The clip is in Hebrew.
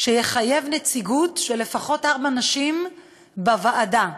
שיחייב נציגות של ארבע נשים לפחות בוועדה.